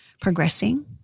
progressing